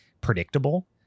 predictable